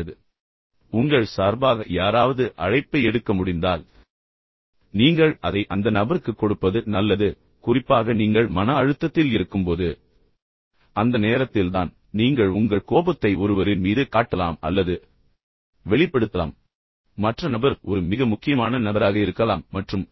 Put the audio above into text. நீங்கள் ஒரு அழைப்பு செய்வதைத் தவிர்க்க வேண்டும் உங்கள் சார்பாக யாராவது அழைப்பை எடுக்க முடிந்தால் நீங்கள் அதை அந்த நபருக்குக் கொடுப்பது நல்லது குறிப்பாக நீங்கள் மன அழுத்தத்தில் இருக்கும்போது நீங்கள் மனம் உடைக்கக்கூடிய நேரம் இது அந்த நேரத்தில்தான் நீங்கள் உங்கள் கோபத்தை ஒருவரின் மீது காட்டலாம் அல்லது வெளிப்படுத்தலாம் மற்ற நபர் ஒரு மிக முக்கியமான நபராக இருக்கலாம் மற்றும்